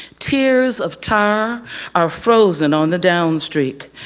tears of tar are frozen on the down streak.